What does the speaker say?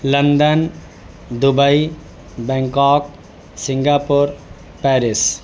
London Dubai Bangkok Singapore Paris